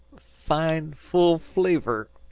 fine, full flavor,